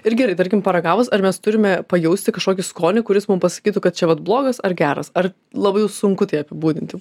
ir gerai tarkim paragavus ar mes turime pajausti kažkokį skonį kuris mum pasakytų kad čia vat blogas ar geras ar labai jau sunku tai apibūdinti